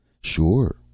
Sure